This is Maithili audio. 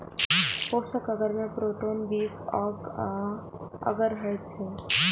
पोषक अगर मे पेप्टोन, बीफ अर्क आ अगर होइ छै